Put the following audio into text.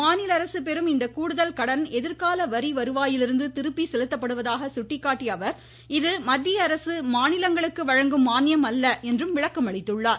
மாநில அரசு பெறும் இந்த கூடுதல் கடன் எதிர்கால வரி வருவாயிலிருந்து திருப்பி செலுத்தப்படுவதாக சுட்டிக்காட்டிய அவர் இது மத்திய அரசு மாநிலங்களுக்கு வழங்கும் மானியம் அல்ல என்றும் விளக்கம் அளித்துள்ளார்